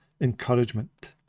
encouragement